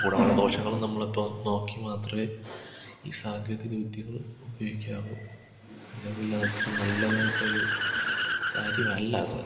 ഗുണങ്ങളും ദോഷങ്ങളും നമ്മളിപ്പോൾ നോക്കി മാത്രമേ ഈ സാങ്കേതികവിദ്യകൾ ഉപയോഗിക്കാവൂ അല്ലങ്കിൽ അതത്ര നല്ലതായിട്ടൊരു കാര്യമല്ല അത്